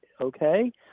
okay